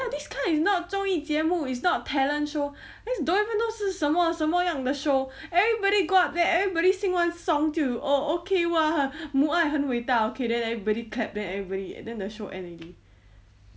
ya this kind is not 综艺节目 is not talent show don't even know 是什么什么样的 show everybody go up there everybody sing one song 就 oh okay !wah! 母爱很伟大 okay then everybody clap then everybody and then the show end already